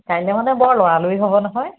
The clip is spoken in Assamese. কাইলৈ মানে বৰ লৰালৰি হ'ব নহয়